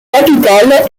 capitale